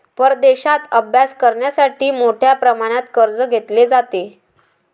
परदेशात अभ्यास करण्यासाठी मोठ्या प्रमाणात कर्ज घेतले जाते